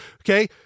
Okay